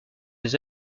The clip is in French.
des